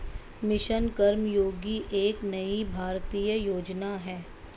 mission Karmayogi एक नई भारतीय योजना है